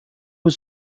was